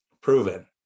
proven